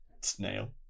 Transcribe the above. snail